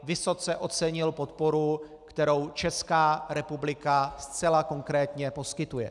Vysoce ocenil podporu, kterou Česká republika zcela konkrétně poskytuje.